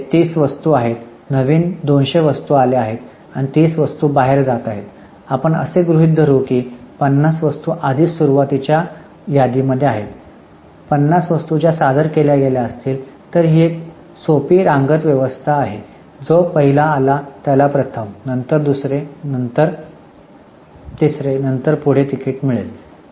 तर तेथे 30 वस्तू आहेत नवीन २०० वस्तू आल्या आहेत आणि 30 वस्तू बाहेर जात आहेत आपण असे गृहित धरू की 50 वस्तू आधीच सुरुवातीच्या यादीमध्ये आहेत 50 वस्तू ज्या सादर केल्या गेल्या असतील तर ही एक सोपी रांगत व्यवस्था आहे जो पहिला आला त्याला प्रथम नंतर दुसरे नंतर तिसरे नंतर पुढे तिकिट मिळेल